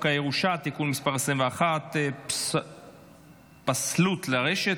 הירושה (תיקון מס' 21) (פסלות לרשת),